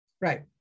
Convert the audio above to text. Right